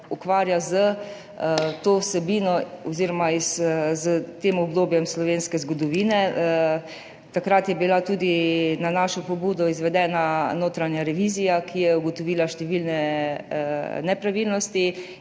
ukvarja s to vsebino oziroma s tem obdobjem slovenske zgodovine. Takrat je bila tudi na našo pobudo izvedena notranja revizija, ki je ugotovila številne nepravilnosti.